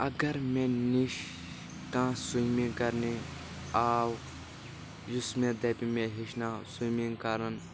اگر مےٚ نِش کانٛہہ سُومِنگ کرنہِ آو یُس مےٚ دپہِ مےٚ ہیٚچھناو سُومِنگ کرُن